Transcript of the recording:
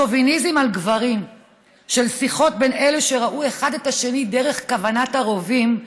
השוביניזם הגברי של שיחות בין אלה שראו אחד את השני דרך כוונת הרובים,